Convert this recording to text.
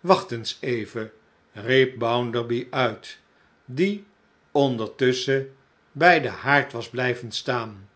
wacht eens even riep bounderby uit die ondertusschen bij den haard was blijven staan